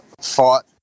fought